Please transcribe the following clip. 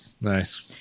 Nice